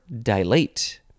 dilate